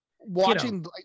watching